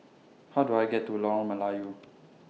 How Do I get to Lorong Melayu